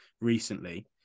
recently